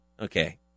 Okay